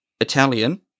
Italian